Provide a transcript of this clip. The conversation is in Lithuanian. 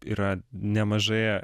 yra nemažoje